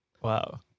Wow